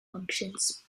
functions